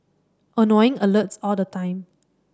annoying alerts all the time